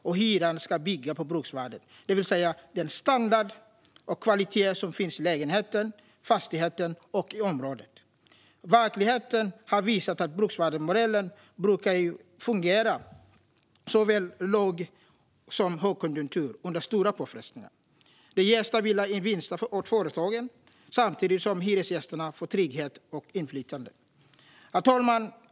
Och hyran ska bygga på bruksvärdet, det vill säga att den standard och kvalitet som finns i lägenheten, fastigheten och området. Verkligheten har visat att bruksvärdesmodellen brukar fungera såväl i lågkonjunktur som i högkonjunktur och under stora påfrestningar. Den ger stabila vinster för företagen samtidigt som hyresgästerna får trygghet och inflytande. Herr talman!